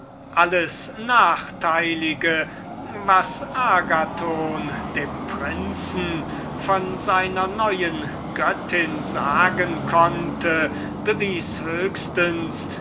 alles nachteilige was agathon dem prinzen von seiner neuen göttin sagen konnte